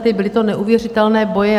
Byly to neuvěřitelné boje.